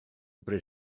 bryd